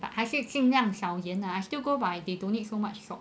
but 还是尽量少盐 ah I still go by they don't need so much salt